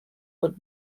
but